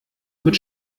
mit